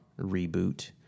reboot